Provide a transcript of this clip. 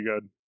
good